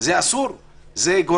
זה מותר?